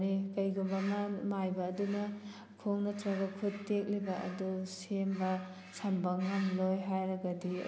ꯀꯔꯤꯒꯨꯝꯕ ꯑꯃ ꯃꯥꯏꯕ ꯑꯗꯨꯅ ꯈꯣꯡ ꯅꯠꯇ꯭ꯔꯒ ꯈꯨꯠ ꯇꯦꯛꯂꯤꯕ ꯑꯗꯨ ꯁꯦꯝꯕ ꯁꯝꯕ ꯉꯝꯂꯣꯏ ꯍꯥꯏꯔꯒꯗꯤ